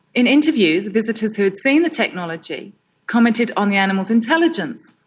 in interviews, visitors who had seen the technology commented on the animals' intelligence,